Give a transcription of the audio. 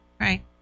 Right